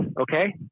Okay